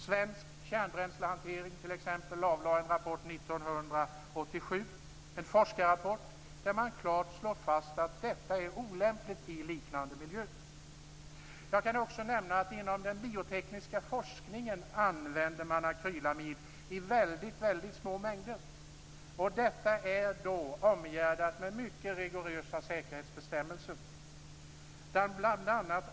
Svensk Kärnbränslehantering avlade t.ex. 1987 en forskarrapport, där man klart slår fast att detta är olämpligt i en sådan miljö. Inom den biotekniska forskningen använder man akrylamid i väldigt, väldigt små mängder, och detta är då omgärdat med mycket rigorösa säkerhetsbestämmelser.